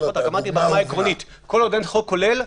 אמרתי רק ברמה העקרונית שכל עוד אין חוק כולל,